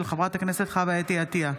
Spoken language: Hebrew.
של חברת הכנסת חוה אתי עטייה.